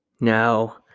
Now